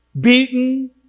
beaten